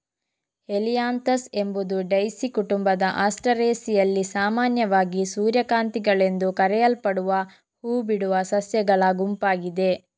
Helianthus ಎಂಬುದು daisy ಕುಟುಂಬ ಆಸ್ಟರೇಸಿಯಲ್ಲಿ ಸಾಮಾನ್ಯವಾಗಿ ಸೂರ್ಯಕಾಂತಿಗಳೆಂದು ಕರೆಯಲ್ಪಡುವ ಹೂ ಬಿಡುವ ಸಸ್ಯಗಳ ಗುಂಪಾಗಿದೆ